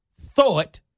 thought